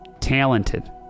Talented